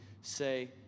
say